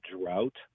drought